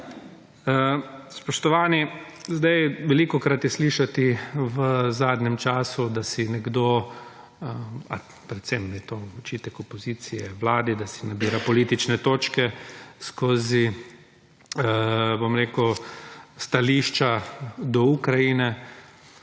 Spoštovani, velikokrat je slišati v zadnjem času, da si nekdo, predvsem je to očitek opozicije Vladi, da si nabira politične točke skozi stališča do Ukrajine.